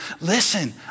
listen